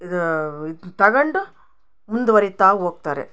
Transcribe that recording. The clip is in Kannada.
ಇದು ಇದ್ನ ತಗೊಂಡು ಮುಂದ್ವರಿತಾ ಹೋಗ್ತಾರೆ